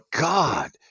God